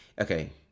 okay